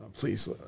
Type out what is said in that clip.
Please